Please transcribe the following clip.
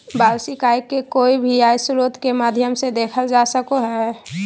वार्षिक आय के कोय भी आय स्रोत के माध्यम से देखल जा सको हय